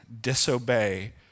disobey